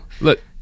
look